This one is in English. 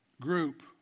group